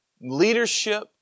leadership